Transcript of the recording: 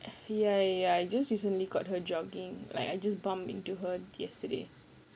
ya ya ya I just recently caught her jogging like I just bumped into her yesterday